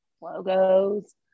logos